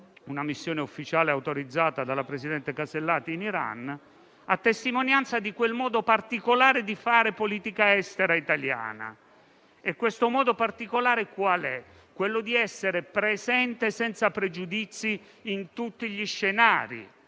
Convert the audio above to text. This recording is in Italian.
una missione ufficiale autorizzata dalla presidente Casellati in Iran, a testimonianza di quel modo particolare di fare politica estera italiana. E questo modo particolare è quello di essere presenti senza pregiudizi in tutti gli scenari